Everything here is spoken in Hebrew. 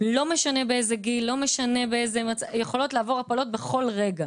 לא משנה באיזה גיל, יכולות לעבור הפלות בכל רגע.